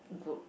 group